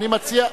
אני מציע,